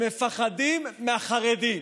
הם מפחדים מהחרדים.